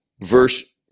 Verse